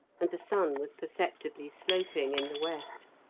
and the sun was perceptibly sloping in the west.